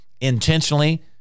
intentionally